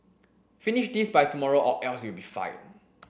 finish this by tomorrow or else you'll be fired